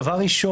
דבר ראשון,